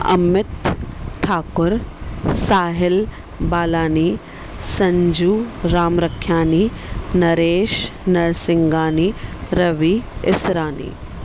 Amit Thakur Sahil Balani Sanju Ramrakhyani Naresh Narsinghani Ravi Israni